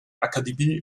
akademie